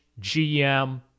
GM